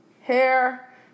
hair